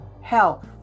health